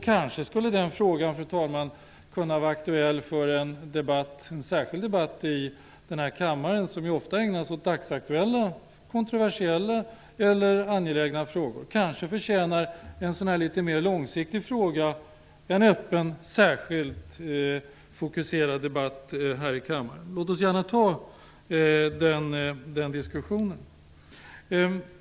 Kanske skulle den frågan, fru talman, kunna vara aktuell för en särskild debatt i den här kammaren, som ofta ägnar sig åt dagsaktuella, kontroversiella eller angelägna frågor. Kanske förtjänar en sådan här litet mer långsiktig fråga en öppen och särskilt fokuserad debatt här i kammaren. Låt oss gärna ta den diskussionen.